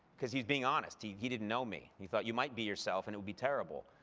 because he's being honest. he he didn't know me. he thought, you might be yourself and it would be terrible.